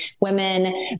women